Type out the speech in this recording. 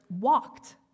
walked